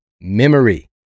memory